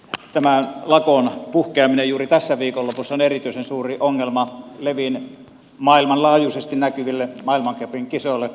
tämän lakon puhkeaminen juuri tänä viikonloppuna on erityisen suuri ongelma levin maailmanlaajuisesti näkyville maailmancupin kisoille